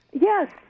Yes